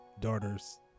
daughters